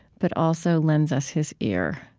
but also lends us his ear.